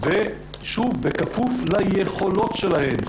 בכפוף ליכולות שלהם.